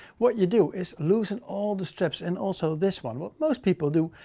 what you do is loosen all the straps. and also this one, what most people do,